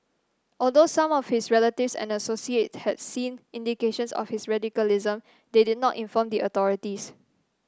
although some of his relatives and associate had seen indications of his radicalism they did not inform the authorities